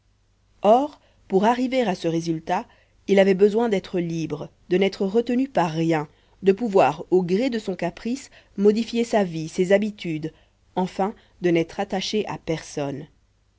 or pour arriver à ce résultat il avait besoin d'être libre de n'être retenu par rien de pouvoir au gré de son caprice modifier sa vie ses habitudes enfin de n'être attaché à personne